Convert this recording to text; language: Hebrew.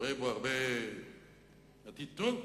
רואה בו הרבה עתיד טוב,